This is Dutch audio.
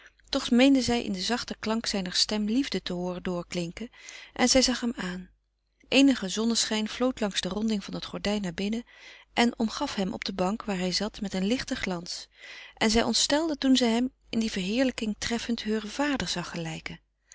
toch meende zij in den zachten klank zijner stem liefde te hooren doorklinken en zij zag hem aan eenige zonneschijn vloot langs de ronding van het gordijn naar binnen en omgaf hem op de bank waar hij zat met een lichten glans en zij ontstelde toen zij hem in die verheerlijking treffend heuren vader zag gelijken